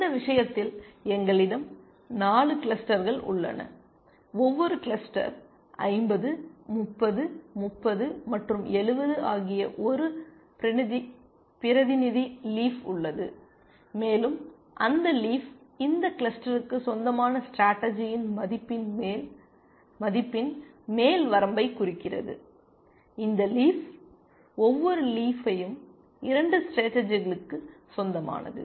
இந்த விஷயத்தில் எங்களிடம் 4 கிளஸ்டர் உள்ளன ஒவ்வொரு கிளஸ்டர் 50 30 30 மற்றும் 70 ஆகிய ஒரு பிரதிநிதி லீஃப் உள்ளது மேலும் அந்த லீஃப் இந்த கிளஸ்டருக்கு சொந்தமான ஸ்டேடர்ஜியின் மதிப்பின் மேல் வரம்பைக் குறிக்கிறது இந்த லீஃப் ஒவ்வொரு லீஃப்பும் 2 ஸ்டேடர்ஜிகளுக்கு சொந்தமானது